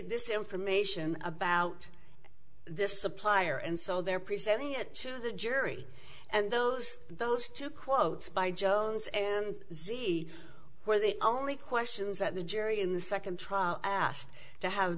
this information about this supplier and so they're presenting it to the jury and those those two quotes by jones and z where the only questions that the jury in the second trial asked to have